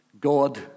God